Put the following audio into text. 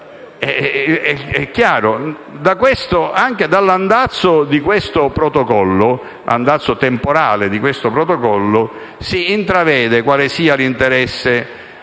Guardando anche "all'andazzo temporale" di questo Protocollo, si intravede quale sia l'interesse